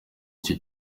icyo